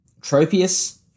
Tropius